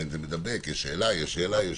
אנחנו